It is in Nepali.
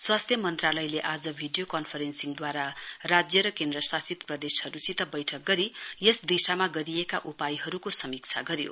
स्वास्थ्य मन्त्रालयले आज भिडियो कन्फरेन्सिङद्वारा राज्य र केन्द्रशासित प्रदेशहरुसित वैठक गरी यस दिशामा गरिएका उपायहरुको समीक्षा गर्यो